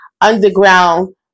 underground